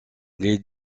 les